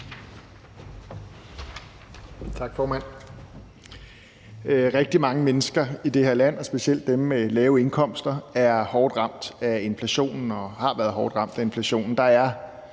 Rigtig mange mennesker i det her land og specielt dem med lave indkomster er hårdt ramt af inflationen og har været hårdt ramt af inflationen.